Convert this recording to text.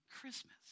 Christmas